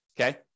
okay